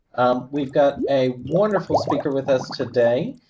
um we've got a wonderful speaker with us today.